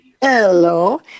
Hello